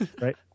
right